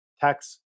tax